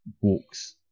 walks